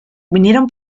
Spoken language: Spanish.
vinieron